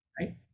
right